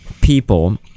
people